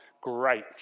great